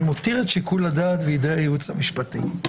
אני מותיר את שיקול הדעת בידיי הייעוץ המשפטי.